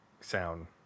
sound